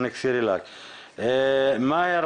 מאהר